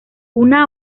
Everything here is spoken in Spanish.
una